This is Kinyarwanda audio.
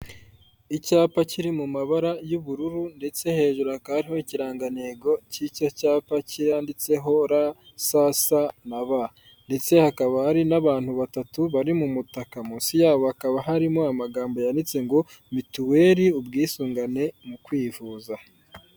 Icyapa kiri mu mabara y'ubururu ndetse hejuru hakaba hari ikirangantego cy'icyo cyapa kiyanditseho ra sasa na b ndetse hakaba hari n'abantu batatu bari mu mutaka munsi yabo hakaba harimo amagambo yanditse ngo mituweri ubwisungane mu kwivuza.